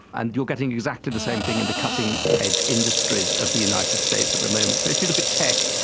and you are getting exactly the same thing in the cutting edge industries of the united states at the moment. so if you look at tech,